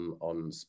on